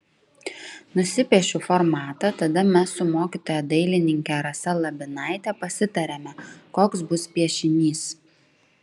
nusipiešiu formatą tada mes su mokytoja dailininke rasa labinaite pasitariame koks bus piešinys